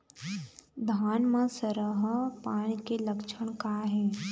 धान म सरहा पान के लक्षण का हे?